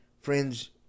Friends